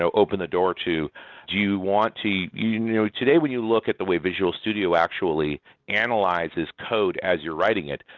so opened the door to, do you want to you know today, when you look at way visual studio actually analyzes code as you're writing it,